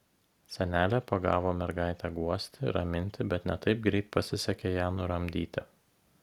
senelė pagavo mergaitę guosti raminti bet ne taip greit pasisekė ją nuramdyti